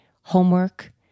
homework